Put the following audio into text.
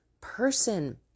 person